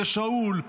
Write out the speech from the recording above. לשאול,